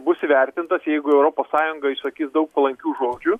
bus įvertintas jeigu europos sąjunga išsakys daug palankių žodžių